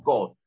God